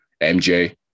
MJ